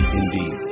indeed